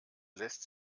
lässt